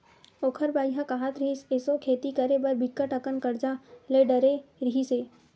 ओखर बाई ह काहत रिहिस, एसो खेती करे बर बिकट अकन करजा ले डरे रिहिस हे